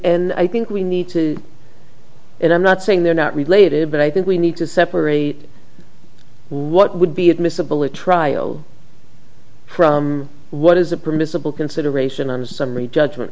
i think we need to it i'm not saying they're not related but i think we need to separate what would be admissible at trial from what is a permissible consideration and summary judgment